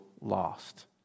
lost